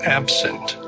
absent